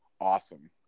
Awesome